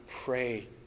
pray